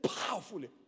powerfully